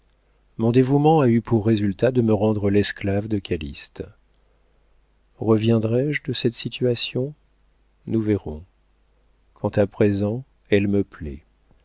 mon dévouement a eu pour résultat de me rendre l'esclave de calyste reviendrai-je de cette situation nous verrons quant à présent elle me plaît